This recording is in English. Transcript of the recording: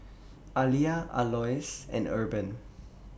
Aliyah Alois and Urban